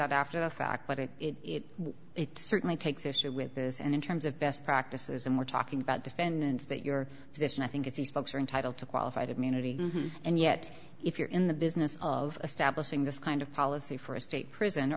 out after the fact but it certainly takes issue with this and in terms of best practices and we're talking about defendants that your position i think it's these folks are entitled to qualified immunity and yet if you're in the business of establishing this kind of policy for a state prison